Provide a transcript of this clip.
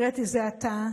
זאת,